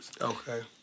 Okay